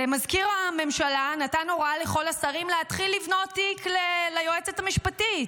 מזכיר הממשלה נתן הוראה לכל השרים להתחיל לבנות תיק ליועצת המשפטית.